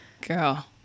Girl